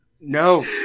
No